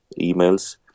emails